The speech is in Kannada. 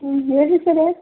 ಹ್ಞೂ ಹೇಳಿ ಸರ